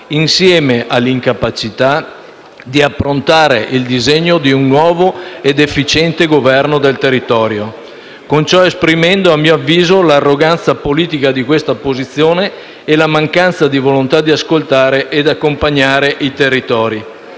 insieme all'incapacità di affrontare il disegno di un nuovo ed efficiente governo del territorio, con ciò esprimendo, a mio avviso, l'arroganza politica di questa posizione e la mancanza di volontà di ascoltare ed accompagnare i territori.